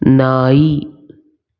ನಾಯಿ